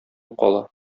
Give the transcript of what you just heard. кала